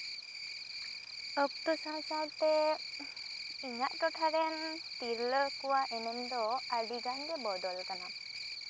ᱚᱠᱛᱚ ᱥᱟᱶ ᱥᱟᱶᱛᱮ ᱤᱧᱟ ᱜ ᱴᱚᱴᱷᱟᱨᱮᱱ ᱛᱤᱨᱞᱟᱹ ᱠᱚᱣᱟᱜ ᱮᱱᱮᱢ ᱫᱚ ᱟᱹᱰᱤᱜᱟᱱ ᱜᱮ ᱵᱚᱫᱚᱞ ᱠᱟᱱᱟ